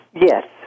Yes